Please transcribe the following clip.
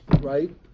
right